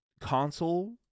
console